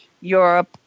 Europe